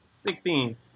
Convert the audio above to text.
sixteen